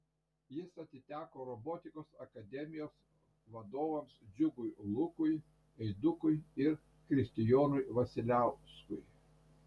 jis atiteko robotikos akademijos vadovams džiugui lukui eidukui ir kristijonui vasiliauskui